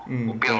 mm